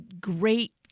great